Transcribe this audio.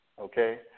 Okay